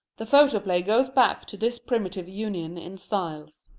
the photoplay goes back to this primitive union in styles.